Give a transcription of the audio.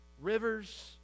rivers